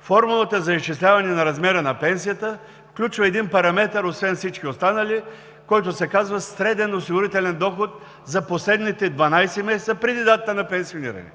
формулата за изчисляване на размера на пенсията включва един параметър, освен всички останали, който се казва „среден осигурителен доход за последните 12 месеца преди датата на пенсиониране“.